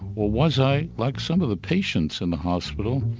or was i like some of the patients in the hospital,